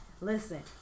Listen